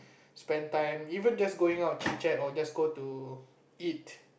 spend time even just going out chit-chat or just go to eat